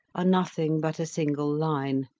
are nothing but a single line,